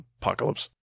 apocalypse